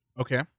Okay